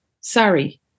Sorry